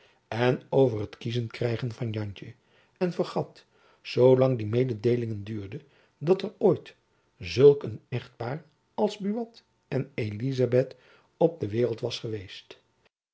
en over het kiezen krijgen van jantjen en vergat zoo lang die mededeelingen duurde dat er ooit zulk een echtpaar als buat en elizabeth op de waereld was geweest